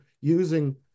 using